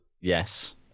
Yes